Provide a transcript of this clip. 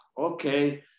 Okay